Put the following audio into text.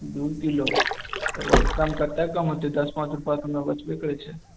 दू किलो तऽ ओतैमे कतेक कम होतै दश पॉंच रुपैआ तऽ हमरा बचबे करै छै